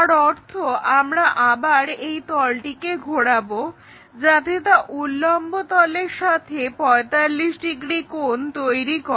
তার অর্থ আমরা আবার এই তলটিকে ঘোরাবো যাতে তা উল্লম্ব তলের সাথে 45 ডিগ্রি কোণ তৈরি করে